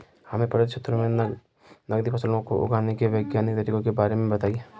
हमें पर्वतीय क्षेत्रों में नगदी फसलों को उगाने के वैज्ञानिक तरीकों के बारे में बताइये?